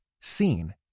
seen